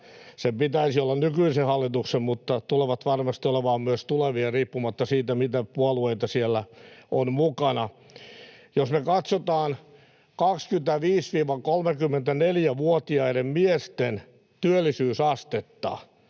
Niiden pitäisi olla nykyisen hallituksen, mutta ne tulevat varmasti olemaan myös tulevien, riippumatta siitä, mitä puolueita siellä on mukana: Jos me katsotaan 25—34‑vuotiaiden miesten työllisyysastetta